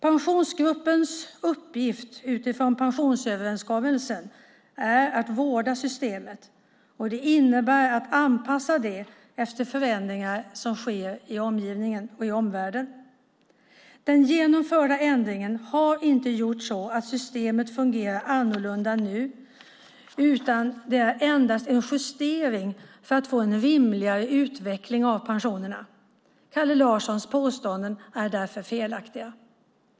Pensionsgruppens uppgift utifrån pensionsöverenskommelsen är att vårda systemet, och det innebär att anpassa det efter förändringar som sker i omvärlden. Den genomförda ändringen har inte gjort att systemet fungerar annorlunda, utan det är endast en justering för att få en rimligare utveckling av pensionerna. Kalle Larssons påståenden är därför felaktiga.